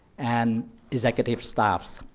and executive staffs.